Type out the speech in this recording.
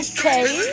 Okay